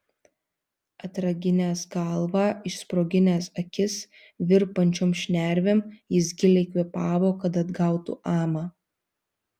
atkraginęs galvą išsproginęs akis virpančiom šnervėm jis giliai kvėpavo kad atgautų amą